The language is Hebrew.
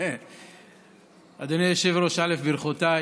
אדוני היושב-ראש, ברכותיי.